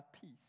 peace